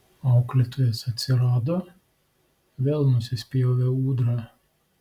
auklėtojas atsirado vėl nusispjovė ūdra